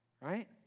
Right